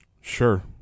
Sure